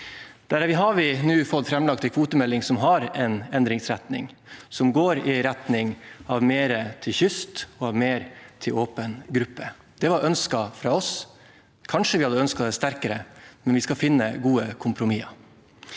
Der har vi nå fått framlagt en kvotemelding som har en endringsretning, og som går i retning av mer til kystfiskeflåten og mer til åpen gruppe. Det var ønsket fra oss. Kanskje vi hadde ønsket det sterkere, men vi skal finne gode kompromisser.